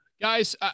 Guys